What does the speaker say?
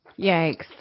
Yikes